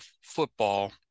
football